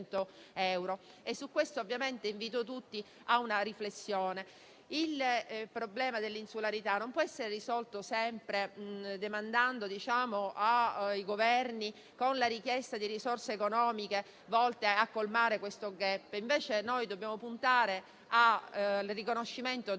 su questo ovviamente invito tutti a una riflessione. Il problema dell'insularità non può essere risolto sempre demandandolo ai Governi, con la richiesta di risorse economiche volte a colmare questo *gap*. Noi dobbiamo puntare al riconoscimento dell'insularità